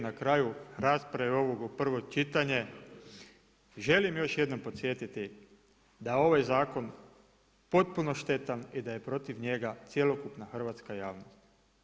Na kraju rasprave ovog u prvo čitanje, želim još jednom podsjetiti da je ovaj zakon potpuno štetan i da je protiv njega cjelokupna hrvatska javnost.